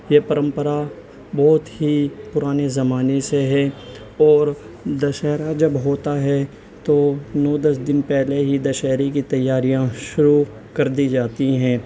یہ پرمپرا بہت ہی پرانے زمانے سے ہے اور دشہرا جب ہوتا ہے تو نو دس دن پہلے ہی دشہرے کی تیاریاں شروع کر دی جاتی ہیں